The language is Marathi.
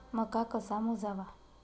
मका कसा मोजावा?